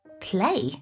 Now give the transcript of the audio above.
Play